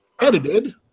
edited